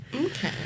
Okay